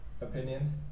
opinion